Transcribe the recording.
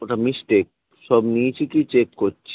ওটা মিসটেক সব নিয়েছি কি চেক করছি